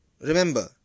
Remember